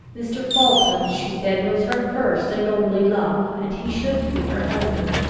mr. falkland, she said, was her first and only love, and he should be her husband.